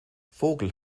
vogel